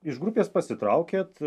iš grupės pasitraukėt